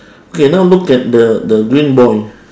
okay now look at the the green boy